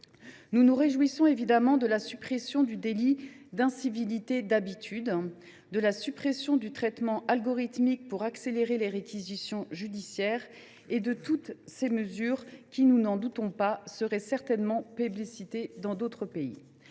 Nous nous réjouissons évidemment de la suppression du délit d’incivilité d’habitude, de la suppression du traitement algorithmique pour accélérer les réquisitions judiciaires, ainsi que de toutes les mesures qui, nous n’en doutons pas, seraient certainement plébiscitées dans d’autres pays.